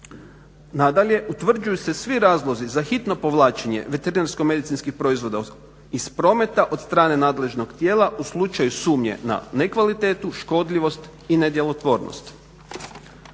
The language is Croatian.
Nadalje, utvrđuju se svi razlozi za hitno povlačenje veterinarsko-medicinske proizvoda iz prometa od strane nadležnog tijela u slučaju sumnje na ne kvalitetu, škodljivost i nedjelotvornost.